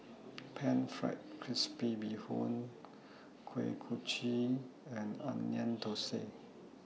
Pan Fried Crispy Bee Hoon Kuih Kochi and Onion Thosai